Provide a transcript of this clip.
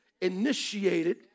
initiated